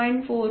5 2